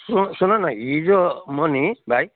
सु सुनन हिजो म नि भाइ